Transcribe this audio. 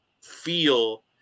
feel